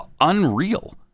unreal